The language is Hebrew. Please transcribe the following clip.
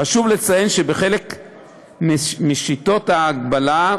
חשוב לציין שבחלק משיטות ההגבלה,